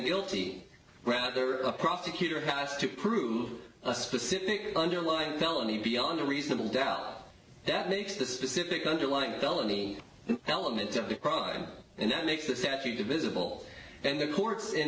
guilty rather a prosecutor has to prove a specific underlying felony beyond a reasonable doubt that makes the specific underlying felony element of the crime and that makes the sense you divisible and the courts in